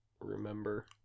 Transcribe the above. Remember